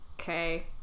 Okay